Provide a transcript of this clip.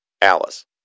Alice